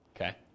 Okay